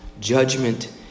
Judgment